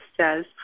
says